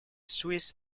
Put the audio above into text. swiss